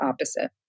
opposite